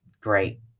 great